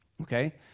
okay